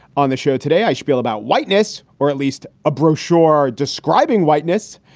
on the show today, i spiel about whiteness or at least a brochure describing whiteness.